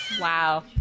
wow